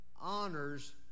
honors